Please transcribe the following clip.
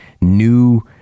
new